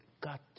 got